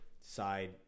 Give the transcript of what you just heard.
side